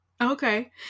Okay